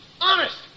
Honest